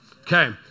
Okay